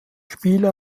spieler